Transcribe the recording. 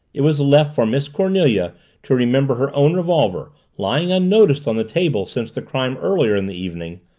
it was left for miss cornelia to remember her own revolver, lying unnoticed on the table since the crime earlier in the evening,